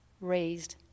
raised